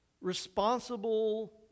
responsible